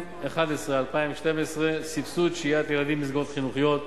2012 סבסוד שהיית ילדים במסגרות חינוכיות,